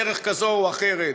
בדרך כזו או אחרת.